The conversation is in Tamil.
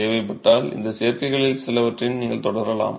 தேவைப்பட்டால் இந்த சேர்க்கைகளில் சிலவற்றை நீங்கள் தொடரலாம்